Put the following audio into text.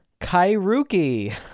kairuki